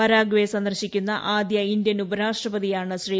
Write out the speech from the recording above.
Paraguay സന്ദർശിക്കുന്ന ആദ്യ Indian ഉപരാഷ്ട്രപതിയാണ് ശ്രീ